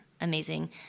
amazing